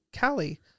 Callie